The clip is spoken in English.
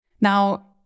Now